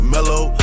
Mellow